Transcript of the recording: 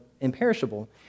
imperishable